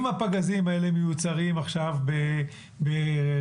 אם הפגזים האלה מיוצרים עכשיו ברפאל,